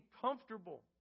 comfortable